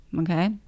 okay